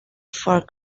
for